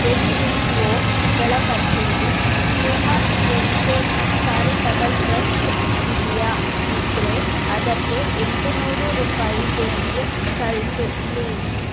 N G ವೊಗಳ ಪಟ್ಟೀಲಿ human welfare charitable trust ಇದೆಯಾ ಇದ್ದರೆ ಅದಕ್ಕೆ ಎಂಟು ನೂರು ರೂಪಾಯಿ ದೇಣಿಗೆ ಕಳಿಸು ಪ್ಲೀಸ್